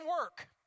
work